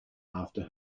after